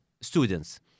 students